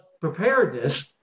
preparedness